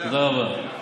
תודה רבה.